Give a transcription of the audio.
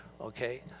okay